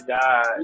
God